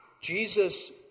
Jesus